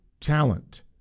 talent